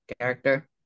character